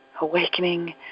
awakening